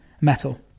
metal